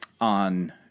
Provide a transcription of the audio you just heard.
on